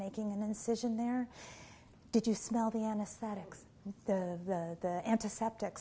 making an incision there did you smell the anesthetics the antiseptic